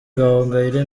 gahongayire